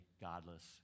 godless